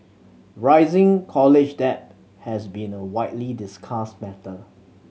rising college debt has been a widely discussed matter